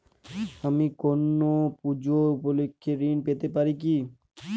আমি কোনো পূজা উপলক্ষ্যে ঋন পেতে পারি কি?